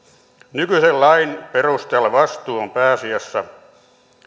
nykyisen lain perusteella vastuu on pääasiassa